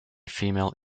female